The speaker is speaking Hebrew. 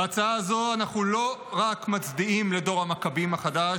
בהצעה הזאת אנחנו לא רק מצדיעים לדור המכבים החדש,